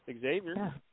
Xavier